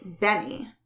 Benny